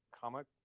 comic